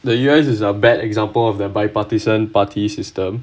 the you sister a bad example of the bipartisan party system